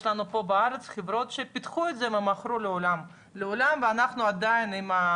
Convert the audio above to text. יש לנו פה בארץ חברות שפיתחו את זה ומכרו לעולם ואנחנו עדיין עם ה